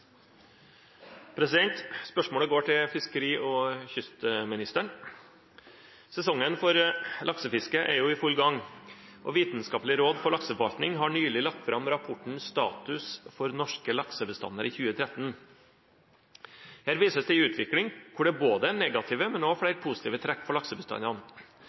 Spørsmålet går til fiskeri- og kystministeren. Sesongen for laksefiske er i full gang, og Vitenskapelig råd for lakseforvaltning har nylig lagt fram rapporten «Status for norske laksebestander i 2013». Der vises det til en utvikling der det både er negative, men også flere positive trekk for laksebestandene.